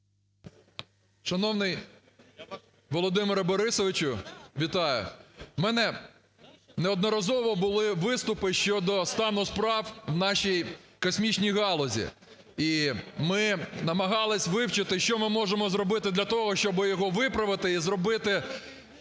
Шановний Володимире Борисовичу, вітаю. В мене неодноразово були виступи щодо стану справ в нашій космічній галузі. І ми намагались вивчити, що ми можемо зробити для того, щоб його виправити і зробити